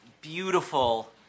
beautiful